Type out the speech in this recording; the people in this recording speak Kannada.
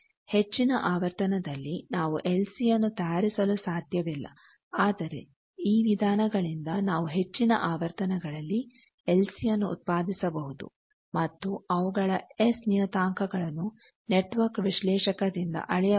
ಹೆಚ್ಚಿನ ಆವರ್ತನದಲ್ಲಿ ನಾವು ಎಲ್ ಸಿ ಯನ್ನು ತಯಾರಿಸಲು ಸಾಧ್ಯವಿಲ್ಲ ಆದರೆ ಈ ವಿಧಾನಗಳಿಂದ ನಾವು ಹೆಚ್ಚಿನ ಆವರ್ತನಗಳಲ್ಲಿ ಎಲ್ ಸಿ ಯನ್ನು ಉತ್ಪಾದಿಸಬಹುದು ಮತ್ತು ಅವುಗಳ ಎಸ್ ನಿಯತಾಂಕಗಳನ್ನು ನೆಟ್ವರ್ಕ್ ವಿಶ್ಲೇಷಕದಿಂದ ಅಳೆಯಬಹುದು